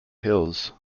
hills